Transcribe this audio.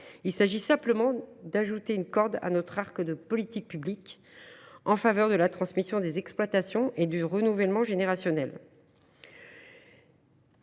Il s’agit simplement d’ajouter une corde à notre arc de politiques publiques, en faveur de la transmission des exploitations et du renouvellement générationnel.